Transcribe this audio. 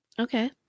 Okay